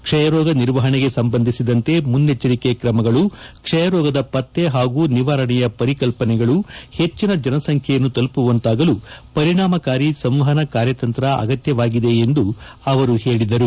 ಕ್ಷಯ ರೋಗ ನಿರ್ವಹಣೆಗೆ ಸಂಬಂಧಿಸಿದಂತೆ ಮುನ್ನೆಚ್ಲರಿಕೆ ಕ್ರಮಗಳು ಕ್ಷಯ ರೋಗದ ಪತ್ತೆ ಹಾಗೂ ನಿವಾರಣೆಯ ಪರಿಕಲ್ಪನೆಗಳು ಹೆಚ್ಚಿನ ಜನಸಂಖ್ಯೆಯನ್ನು ತಲುಪುವಂತಾಗಲು ಪರಿಣಾಮಕಾರಿ ಸಂವಹನ ಕಾರ್ಯತಂತ್ರ ಅಗತ್ಯವಾಗಿದೆ ಎಂದು ಅವರು ಹೇಳಿದರು